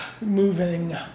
Moving